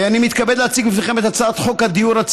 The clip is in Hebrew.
אני מתכבד להציג בפניכם את הצעת חוק הדיור